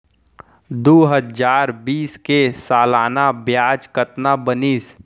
दू हजार बीस के सालाना ब्याज कतना बनिस?